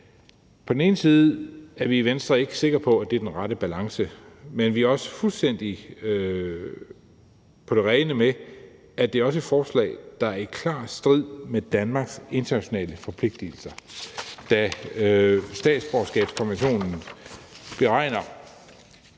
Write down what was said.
På den ene side er vi i Venstre ikke sikre på, at det er den rette balance, men vi er også fuldstændig på det rene med, at det også er et forslag, der er i klar strid med Danmarks internationale forpligtigelser, da statsborgerskabskonventionen beregner